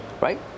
Right